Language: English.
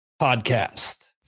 podcast